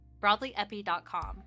BroadlyEpi.com